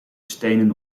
stenen